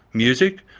music,